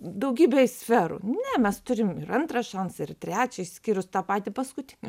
daugybėje sferų ne mes turim ir antrą šansą ir trečią išskyrus tą patį paskutinį